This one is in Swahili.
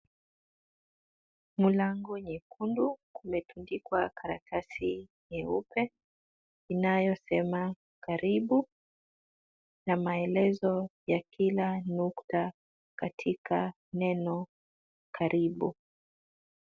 Mlango nyekundu, kumetundikwa karatasi nyeupe inayosema karibu na maelezo ya kila nukta katika neno karibu.